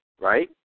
right